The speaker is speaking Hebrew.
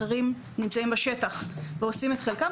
אחרים נמצאים בשטח ועושים את חלקם.